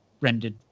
rendered